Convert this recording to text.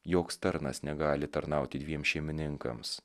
joks tarnas negali tarnauti dviem šeimininkams